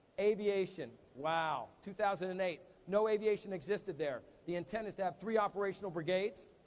aviation. wow, two thousand and eight, no aviation existed there. the intent is to have three operational brigades,